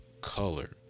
color